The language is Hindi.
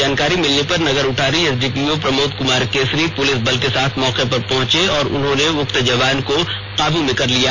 जानकारी मिलने पर नगरऊंटारी एसडीपीओ प्रमोद कुमार केसरी पुलिस बल के साथ मौके पर पहुंचे और उन्होंने उक्त जवान को काबू में लिया